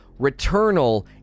Returnal